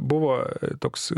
buvo toks